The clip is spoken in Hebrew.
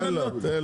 תן לה, תן לה.